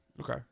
Okay